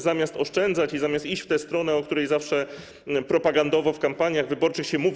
Zamiast oszczędzać i zamiast iść w stronę, o której zawsze propagandowo w kampaniach wyborczych się mówi.